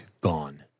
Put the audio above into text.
gone